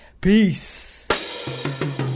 Peace